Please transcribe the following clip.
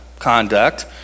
conduct